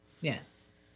Yes